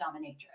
dominatrix